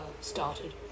started